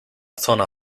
zona